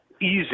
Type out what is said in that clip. Easy